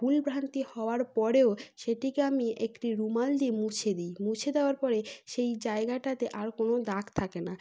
ভুলভ্রান্তি হওয়ার পরেও সেটিকে আমি একটি রুমাল দিয়ে মুছে দিই মুছে দেওয়ার পরে সেই জায়গাটাতে আর কোনো দাগ থাকে না